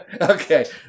Okay